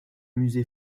musée